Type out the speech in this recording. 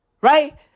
right